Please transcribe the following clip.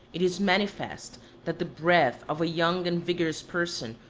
it is manifest that the breath of a young and vigorous person,